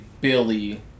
Billy